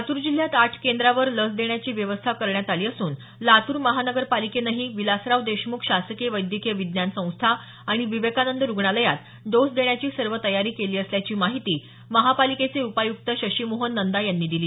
लातूर जिल्ह्यात आठ केंद्रावर लस देण्याची व्यवस्था करण्यात आली असून लातूर महापालिकेनेही विलासराव देशमुख शासकीय वैद्यकीय विज्ञान संस्था आणि विवेकानंद रुग्णालायत डोस देण्याची सर्व तयारी केली असल्याची माहिती महापालिकेचे उपायुक्त शशीमोहन नंदा यांनी दिली